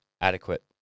adequate